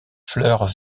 fleurs